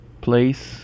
place